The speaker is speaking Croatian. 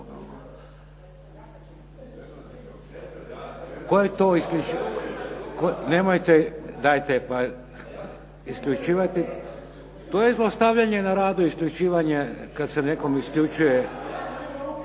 (HDZ)** Hvala. Nemojte isključivati. To je zlostavljanje na radu isključivanje, kad se nekome isključuje.